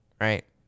Right